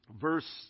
Verse